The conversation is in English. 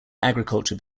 agriculture